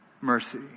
mercy